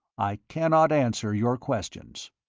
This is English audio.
i cannot answer your questions.